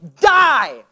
die